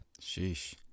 Sheesh